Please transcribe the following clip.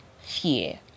fear